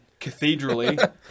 cathedrally